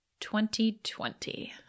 2020